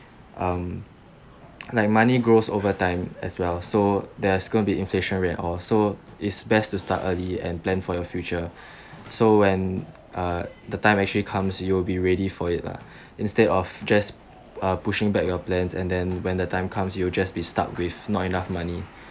um like money grows over time as well so there's gonna be inflation rate or so is best to start early and plan for your future so when uh the time actually comes you will be ready for it lah instead of just uh pushing back your plans and then when the time come you'll just be stuck with not enough money